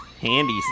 Handy